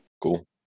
cool